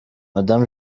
madamu